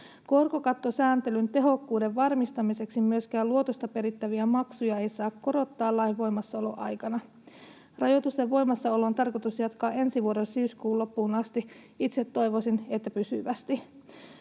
”Korkokattosääntelyn tehokkuuden varmistamiseksi myöskään luotosta perittäviä maksuja ei saa korottaa lain voimassaoloaikana. Rajoitusten voimassaoloa on tarkoitus jatkaa ensi vuoden syyskuun loppuun asti” — itse toivoisin, että pysyvästi.